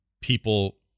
people